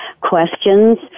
questions